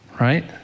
right